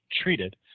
treated